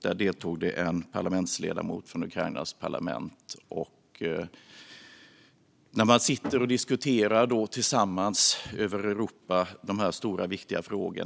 Där deltog en ledamot från Ukrainas parlament. Vi satt alltså och diskuterade de här stora och viktiga frågorna tillsammans över Europa.